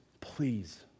please